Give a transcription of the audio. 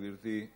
גברתי,